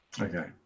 Okay